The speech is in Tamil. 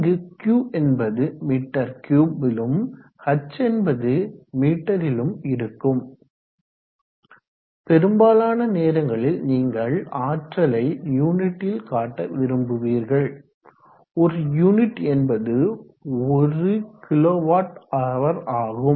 இங்கு Q என்பது மீ3 லும் h என்பது மீ லும் இருக்கும் பெரும்பாலான நேரங்களில் நீங்கள் ஆற்றலை யூனிட்டில் காட்ட விரும்புவீர்கள் ஒரு யூனிட் என்பது 1 kWh ஆகும்